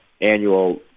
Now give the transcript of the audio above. annual